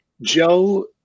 Joe